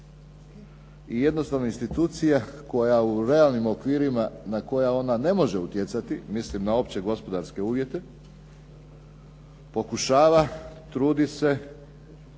i jednostavno institucija koja u realnim okvirima na koja ona ne može utjecati, mislim na opće gospodarske uvjete pokušava, trudi se